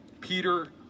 Peter